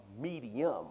medium